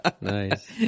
Nice